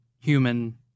human